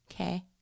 okay